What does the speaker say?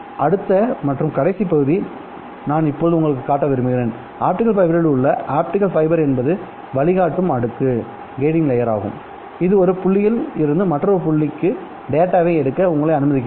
அடுத்த மற்றும் கடைசி பகுதியை நான் இப்போது உங்களுக்குக் காட்ட விரும்புகிறேன் ஆப்டிகல் பைபரில்உள்ள ஆப்டிகல் ஃபைபர் என்பது வழிகாட்டும் அடுக்கு ஆகும் இது ஒரு புள்ளியில் இருந்து மற்றொரு புள்ளியில் டேட்டாவை எடுக்க உங்களை அனுமதிக்கிறது